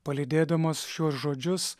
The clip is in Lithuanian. palydėdamas šiuos žodžius